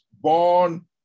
born